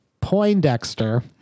Poindexter